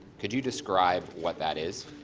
could you describe what that is?